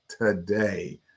Today